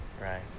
Right